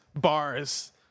bars